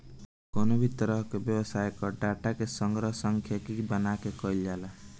कवनो भी तरही के व्यवसाय कअ डाटा के संग्रहण सांख्यिकी बना के कईल जाला